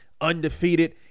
undefeated